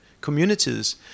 communities